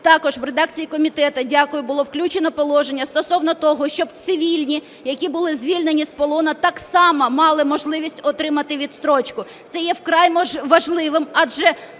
Також в редакції комітету, дякую, було включено положення стосовно того, щоб цивільні, які були звільнені з полону, так само мали можливість отримати відстрочку. Це є вкрай важливим, адже